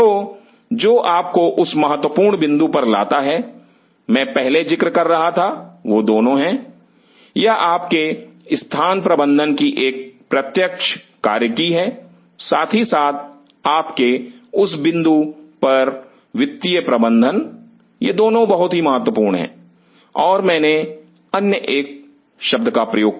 तो जो आपको उस महत्वपूर्ण बिंदु पर लाता जिसका मैं पहले जिक्र कर रहा था वह दोनों हैं यह आपके स्थान प्रबंधन की एक प्रत्यक्ष कार्यकी है साथ ही साथ आपके उस बिंदु पर वित्तीय प्रबंधन यह दोनों बहुत ही महत्वपूर्ण है और मैंने अन्य एक शब्द का प्रयोग किया